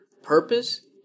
Purpose